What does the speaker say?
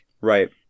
right